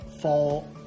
fall